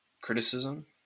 criticism